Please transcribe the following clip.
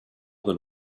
than